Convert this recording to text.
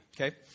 okay